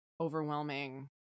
overwhelming